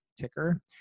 ticker